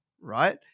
right